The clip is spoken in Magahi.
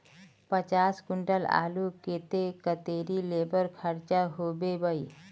पचास कुंटल आलूर केते कतेरी लेबर खर्चा होबे बई?